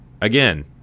Again